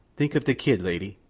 think of the kid, lady,